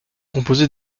composé